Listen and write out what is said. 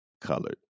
Colored